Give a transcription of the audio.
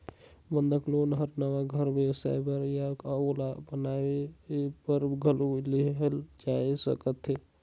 बंधक लोन हर नवा घर बेसाए बर या ओला बनावाये बर घलो लेहल जाय सकथे